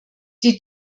die